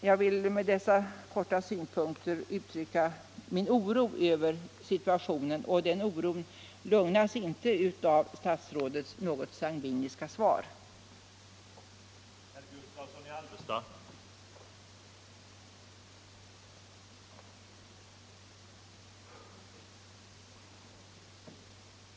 Med dessa synpunkter har jag velat ge uttryck för min oro över situationen. Och det är en oro som inte lugnas av statsrådets något sangviniska svar i dag.